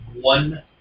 one